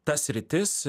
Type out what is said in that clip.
ta sritis